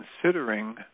considering